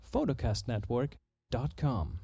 photocastnetwork.com